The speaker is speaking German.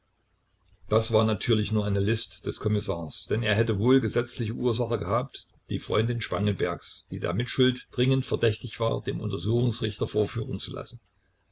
das war natürlich nur eine list des kommissars denn er hätte wohl gesetzliche ursache gehabt die freundin spangenbergs die der mitschuld dringend verdächtig war dem untersuchungsrichter vorführen zu lassen